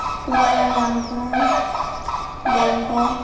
Kuala Lumpur Bangkok